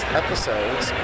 episodes